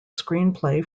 screenplay